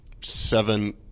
seven